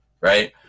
right